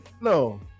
No